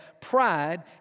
pride